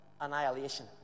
annihilation